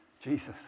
Jesus